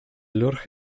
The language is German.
lurch